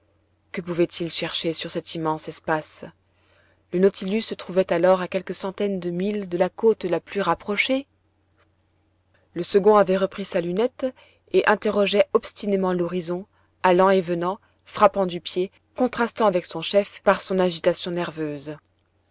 que pouvait-il chercher sur cet immense espace le nautilus se trouvait alors à quelques centaines de milles de la côte la plus rapprochée le second avait repris sa lunette et interrogeait obstinément l'horizon allant et venant frappant du pied contrastant avec son chef par son agitation nerveuse